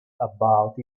about